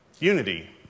unity